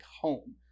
home